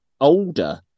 older